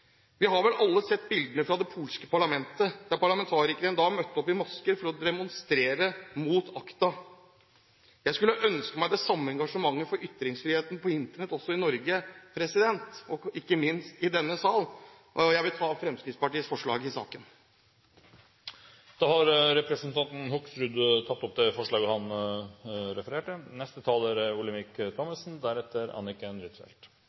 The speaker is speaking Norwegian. Vi har vel alle sett bildene fra det polske parlamentet der parlamentarikere en dag møtte opp i masker for å demonstrere mot ACTA. Jeg skulle ønske meg det samme engasjementet for ytringsfriheten på Internett også i Norge, og ikke minst i denne sal. Jeg tar opp Fremskrittspartiets forslag i saken. Representanten Bård Hoksrud har tatt opp det forslaget han refererte